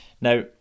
Now